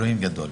אלוהים גדול.